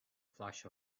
flash